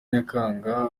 nyakanga